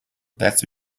that’s